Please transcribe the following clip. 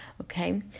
Okay